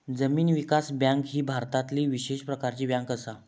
जमीन विकास बँक ही भारतातली विशेष प्रकारची बँक असा